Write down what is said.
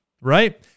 right